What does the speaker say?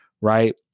right